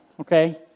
Okay